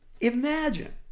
Imagine